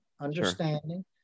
understanding